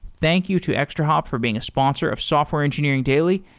thank you to extrahop for being a sponsor of software engineering daily,